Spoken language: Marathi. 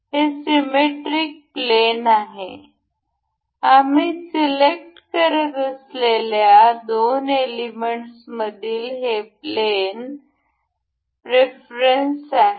हे सिमेट्रिक प्लेन आहे आम्ही सिलेक्ट करत असलेल्या दोन एलिमेंट्समधील हे प्लेन प्रीफरन्स आहे